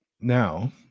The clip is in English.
now